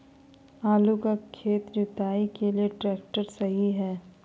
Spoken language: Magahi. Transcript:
आलू का खेत जुताई के लिए ट्रैक्टर सही है?